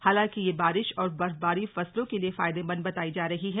हालांकि यह बारिश और बर्फबारी फसलों के लिए फायदेमंद बताई जा रही है